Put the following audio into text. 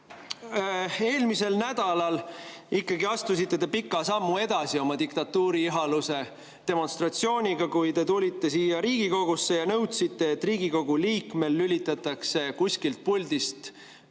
eelmisel nädalal ikkagi astusite te pika sammu edasi oma diktatuuri ihaluse demonstratsiooniga, kui te tulite siia Riigikogusse ja nõudsite, et Riigikogu liikmel lülitataks kuskilt puldist